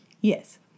Yes